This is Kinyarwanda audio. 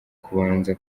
kubanza